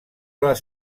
les